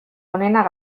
onenak